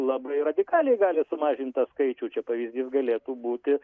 labai radikaliai gali sumažint tą skaičių čia pavyzdys galėtų būti